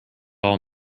all